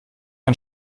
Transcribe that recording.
ein